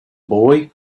boy